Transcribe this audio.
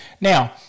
Now